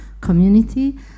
community